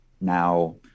now